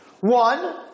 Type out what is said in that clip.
One